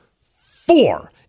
four